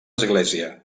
església